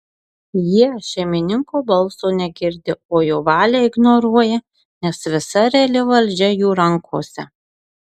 jie šeimininko balso negirdi o jo valią ignoruoja nes visa reali valdžia jų rankose